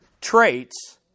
traits